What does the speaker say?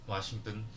Washington